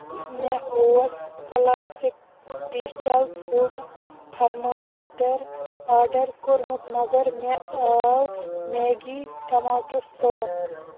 مےٚ اوس classic digital food thermometer order کوٚرمُت مگر مےٚ آو میگی ٹماٹر ساس